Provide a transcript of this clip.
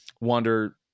wonder